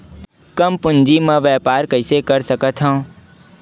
कम पूंजी म व्यापार कइसे कर सकत हव?